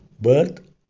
birth